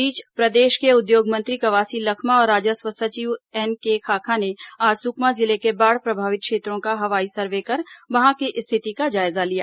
इस बीच प्रदेश के उद्योग मंत्री कवासी लखमा और राजस्व सचिव एनके खाखा ने आज सुकमा जिले के बाढ़ प्रभावित क्षेत्र का हवाई सर्वे कर वहां की स्थिति का जायजा लिया